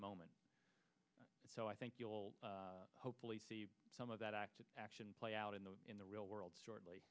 moment so i think you'll hopefully some of that active action play out in the in the real world shortly